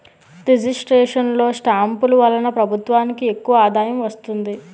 registration లో స్టాంపులు వలన ప్రభుత్వానికి ఎక్కువ ఆదాయం వస్తుంది